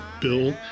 bill